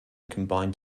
combined